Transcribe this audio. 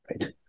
right